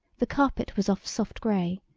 the carpet was of soft grey,